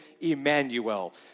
Emmanuel